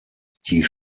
die